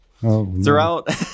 throughout